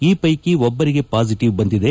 ಆ ಪೈಕಿ ಒಬ್ಬರಿಗೆ ಪಾಸಿಟೀವ್ ಬಂದಿದೆ